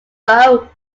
bow